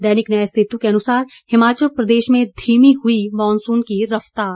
दैनिक न्याय सेतु के अनुसार हिमाचल प्रदेश में धीमी हुई मानसून की रफ्तार